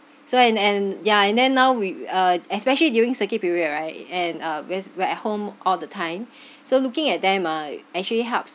so and and yeah and then now we uh especially during circuit period right and uh because we're at home all the time so looking at them ah actually helps